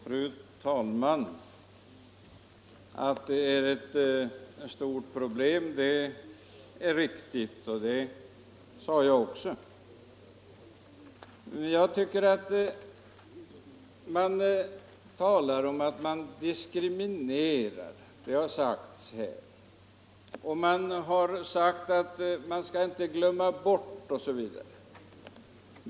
Fru talman! Att problemet är stort är riktigt, och det sade jag också. Det har sagts här att vi diskriminerar, glömmer bort, osv.